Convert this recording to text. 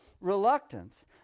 reluctance